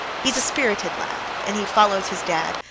he's a spirited lad, and he follows his dad,